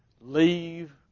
Leave